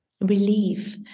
relief